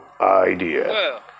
idea